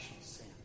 sin